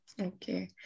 okay